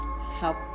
help